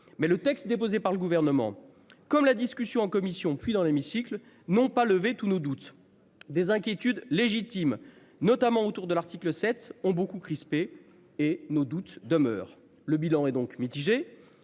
mais le texte déposé par le gouvernement comme la discussion en commission, puis dans l'hémicycle, non pas levé tous nos doutes des inquiétudes légitimes, notamment autour de l'article, sept ont beaucoup crispés et nos doutes demeurent. Le bilan est donc mitigé